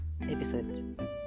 episode